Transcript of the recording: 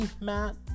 Matt